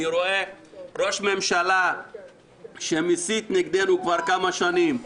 אני רואה ראש ממשלה שמסית נגדנו כבר כמה שנים ואומר: